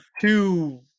two